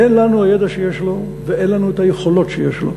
אין לנו הידע שיש לו ואין לנו היכולות שיש לו.